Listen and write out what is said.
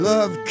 Love